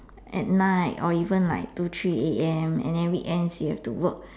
at night or even like two three A_M and weekends you have to work